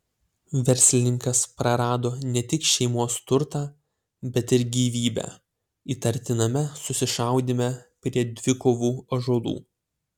verslininkas prarado ne tik šeimos turtą bet ir gyvybę įtartiname susišaudyme prie dvikovų ąžuolų